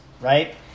Right